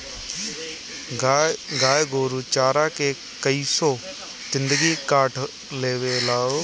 गाय गोरु चारा के कइसो जिन्दगी काट लेवे ला लोग